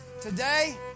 Today